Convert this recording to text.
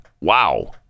Wow